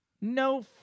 No